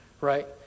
Right